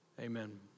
Amen